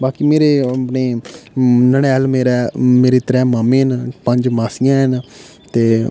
ते बाकी मेरे अपने अम ननिहाल मेरे त्रैऽ मामें न ते पंज मासियां न